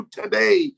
today